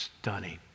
Stunning